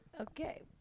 Okay